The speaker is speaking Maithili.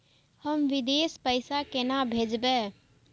हम विदेश पैसा केना भेजबे?